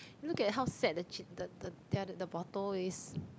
look at how sad the the the the bottle is